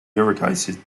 irrigated